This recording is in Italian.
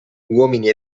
uomini